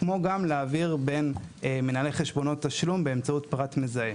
כמו גם להעביר בין מנהלי חשבונות תשלום באמצעות פרט מזהה.